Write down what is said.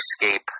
escape